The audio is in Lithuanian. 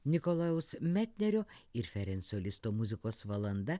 nikolajaus metnerio ir ferenso listo muzikos valanda